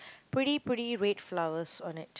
pretty pretty red flowers on it